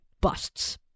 busts